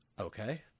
Okay